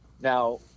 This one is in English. Now